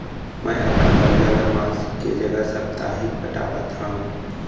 मै अपन कर्जा ला मासिक के जगह साप्ताहिक पटावत हव